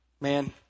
Man